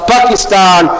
Pakistan